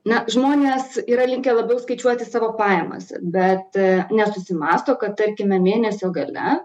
na žmonės yra linkę labiau skaičiuoti savo pajamas bet nesusimąsto kad tarkime mėnesio gale